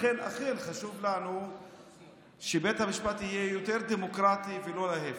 לכן אכן חשוב לנו שבית המשפט יהיה יותר דמוקרטי ולא ההפך.